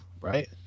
right